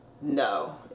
no